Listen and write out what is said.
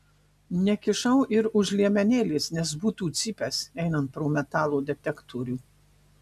nekišau ir už liemenėlės nes būtų cypęs einant pro metalo detektorių